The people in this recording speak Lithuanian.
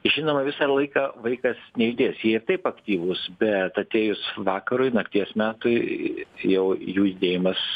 žinoma visą laiką vaikas nejudės jie ir taip aktyvūs bet atėjus vakarui nakties metui jau jų judėjimas